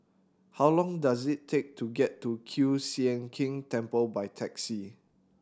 how long does it take to get to Kiew Sian King Temple by taxi